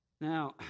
Now